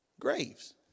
graves